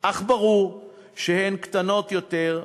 אך ברור שהן קטנות יותר,